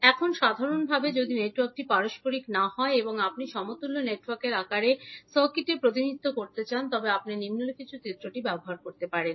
এখন সাধারণভাবে যদি নেটওয়ার্কটি পারস্পরিক হয় না এবং আপনি সমতুল্য নেটওয়ার্কের আকারে সার্কিটের প্রতিনিধিত্ব করতে চান তবে আপনি নিম্নলিখিত চিত্রটি ব্যবহার করতে পারেন